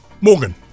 Morgan